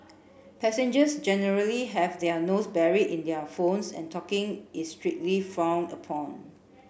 passengers generally have their nose buried in their phones and talking is strictly frowned upon